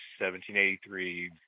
1783